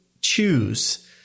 choose